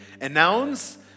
Announce